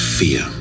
fear